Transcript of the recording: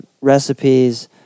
recipes